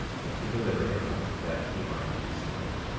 and he delivered him up that he might be slain.